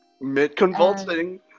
Mid-convulsing